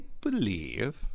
believe